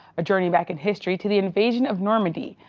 a journey back in history to the invasion of normandy,